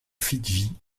fidji